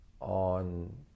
on